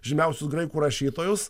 žymiausius graikų rašytojus